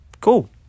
cool